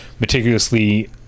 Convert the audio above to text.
meticulously